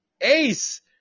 Ace